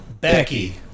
Becky